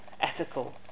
ethical